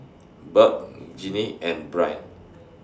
Burk Ginny and Brian